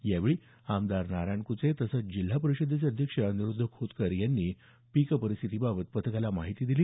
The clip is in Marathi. यावेळी आमदार नारायण कुचे तसंच जिल्हा परिषदेचे अध्यक्ष अनिरुद्ध खोतकर यांनी पीक परिस्थितीबाबत पथकाला माहिती दिली